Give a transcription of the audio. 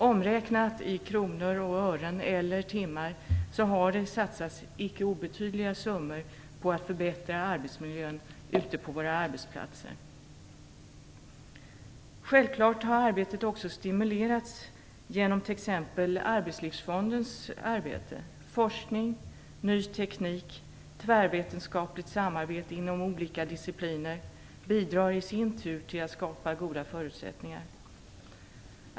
Omräknat i kronor och ören eller i timmar har det satsats icke obetydliga summor på att förbättra arbetsmiljön ute på arbetsplatserna. Självfallet har arbetet också stimulerats genom t.ex. Arbetslivsfondens arbete. Forskning, ny teknik och tvärvetenskapligt samarbete inom olika discipliner bidrar i sin tur till att skapa goda förutsättningar.